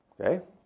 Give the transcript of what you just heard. Okay